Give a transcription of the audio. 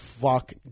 fuck